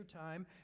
time